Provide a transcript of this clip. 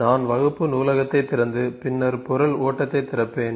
நான் வகுப்பு நூலகத்தைத் திறந்து பின்னர் பொருள் ஓட்டத்தைத் திறப்பேன்